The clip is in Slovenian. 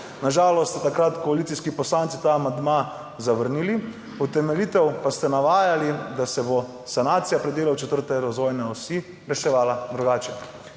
Na žalost ste takrat koalicijski poslanci ta amandma zavrnili, utemeljitev pa ste navajali, da se bo sanacija predelov četrte razvojne osi reševala drugače.